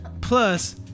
Plus